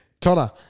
Connor